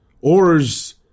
Oars